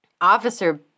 Officer